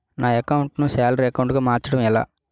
నా అకౌంట్ ను salary account గా మార్చటం ఎలా?